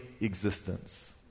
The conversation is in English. existence